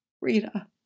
Rita